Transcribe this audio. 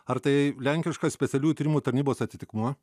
ar tai lenkiškas specialiųjų tyrimų tarnybos atitikmuo